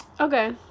Okay